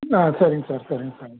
ஆ சரிங்க சார் சரிங்க சார்